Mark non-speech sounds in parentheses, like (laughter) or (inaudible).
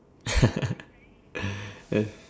(laughs) that's